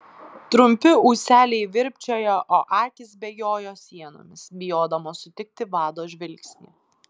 trumpi ūseliai virpčiojo o akys bėgiojo sienomis bijodamos sutikti vado žvilgsnį